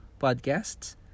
Podcasts